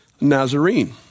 Nazarene